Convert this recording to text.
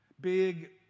Big